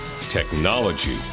Technology